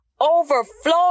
overflow